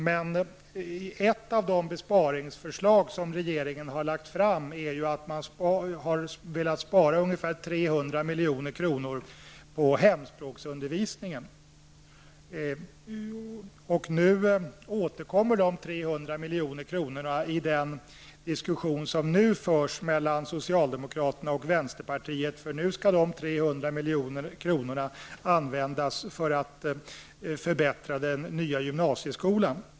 Men i ett av de besparingsförslag som regeringen har lagt fram utgår man från att 300 milj.kr. sparas in på hemspråksundervisningen. Nu återkommer de 300 milj.kr. i den diskussion som nu förs mellan socialdemokraterna och vänsterpartiet. Nu skall dessa 300 milj.kr användas för att förbättra den nya gymnasieskolan.